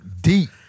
deep